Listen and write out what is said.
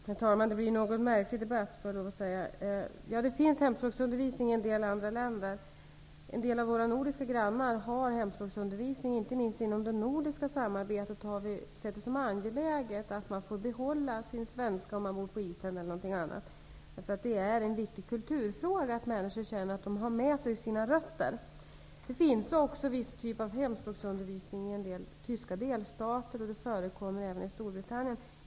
Herr talman! Det blir en något märklig debatt, får jag lov att säga. Det finns hemspråksundervisning i en del andra länder. Några av våra nordiska grannar har hemspråksundervisning. Inte minst inom det nordiska samarbetet har vi sett det som angeläget att man får behålla sin svenska om man bor t.ex. på Island. Det är en viktig kulturfråga att människor känner att de har med sig sina rötter. Det finns också en typ av hemspråksundervisning i vissa tyska delstater, och det förekommer även i Storbritannien.